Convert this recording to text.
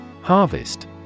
Harvest